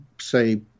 say